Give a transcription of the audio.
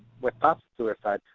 with thoughts of suicide,